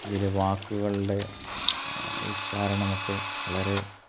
ഇതില് വാക്കുകളുടെ ഉച്ചാരണം ഒക്കെ വളരെ